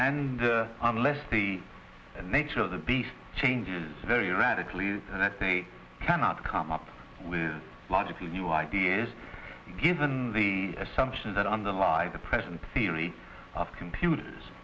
and unless the nature of the beast change very radically and that they cannot come up with logically new ideas given the assumption that underlie the present theory of computers